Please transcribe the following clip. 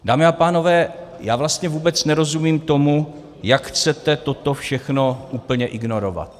Dámy a pánové, já vlastně vůbec nerozumím tomu, jak chcete toto všechno úplně ignorovat.